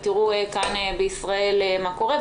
תראו כאן בישראל מה קורה.